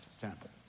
temple